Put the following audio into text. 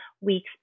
weeks